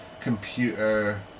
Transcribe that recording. computer